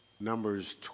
Numbers